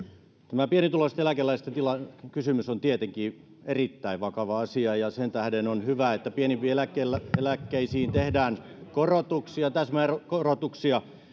tämä pienituloisten eläkeläisten tilan kysymys on tietenkin erittäin vakava asia ja sen tähden on hyvä että pienimpiin eläkkeisiin tehdään korotuksia täsmäkorotuksia